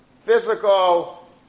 physical